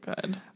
good